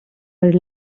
are